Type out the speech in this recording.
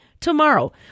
tomorrow